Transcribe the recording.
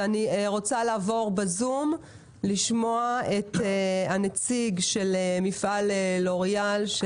אני רוצה לעבור בזום לשמוע את הנציג של מפעל לוריאל.